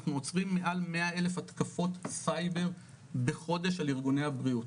אנחנו עוצרים מעל 100 אלף התקפות סייבר בחודש על ארגוני הבריאות.